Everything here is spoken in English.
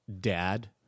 dad